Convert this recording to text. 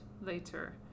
later